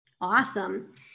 Awesome